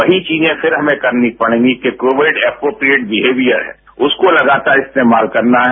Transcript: वही चीजें फिर हमें करनी पड़ेंगी कि कोविड अप्रोप्रिएट बिहेवियर है उसको लगातार इस्तेमाल करना है